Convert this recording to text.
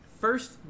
First